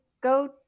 go